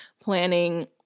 planning